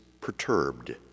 perturbed